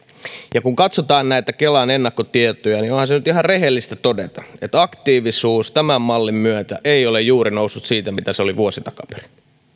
kun katsotaan kelan ennakkotietoja niin onhan se ihan rehellistä todeta että aktiivisuus tämän mallin myötä ei ole juuri noussut siitä mitä se oli vuosi takaperin